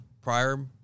prior